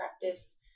practice